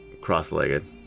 cross-legged